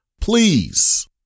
Please